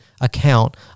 account